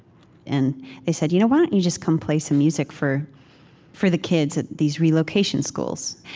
and they said, you know why don't you just come play some music for for the kids at these relocation schools.